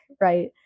right